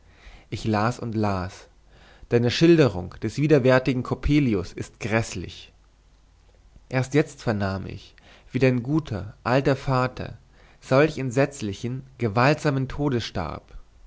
ich las und las deine schilderung des widerwärtigen coppelius ist gräßlich erst jetzt vernahm ich wie dein guter alter vater solch entsetzlichen gewaltsamen todes